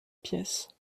pièces